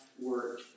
work